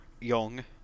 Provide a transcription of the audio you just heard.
young